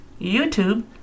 YouTube